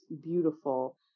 beautiful